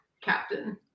captain